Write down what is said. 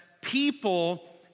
people